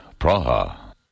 Praha